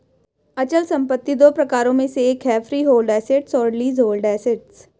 अचल संपत्ति दो प्रकारों में से एक है फ्रीहोल्ड एसेट्स और लीजहोल्ड एसेट्स